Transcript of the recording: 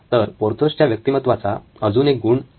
तर पोर्थोसच्या व्यक्तिमत्त्वाचा अजून एक गुण आहे